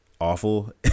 awful